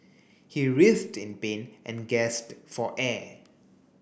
he writhed in pain and gasped for air